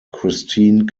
christine